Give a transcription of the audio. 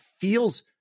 feels